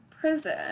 Prison